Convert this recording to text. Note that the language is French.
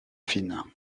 fines